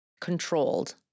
controlled